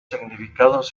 significados